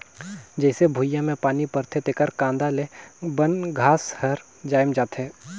जईसे भुइयां में पानी परथे तेकर कांदा ले बन घास हर जायम जाथे